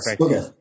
Okay